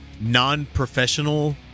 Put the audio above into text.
non-professional